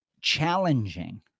challenging